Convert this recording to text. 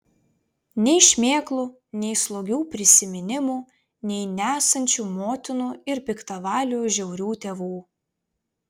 nei šmėklų nei slogių prisiminimų nei nesančių motinų ir piktavalių žiaurių tėvų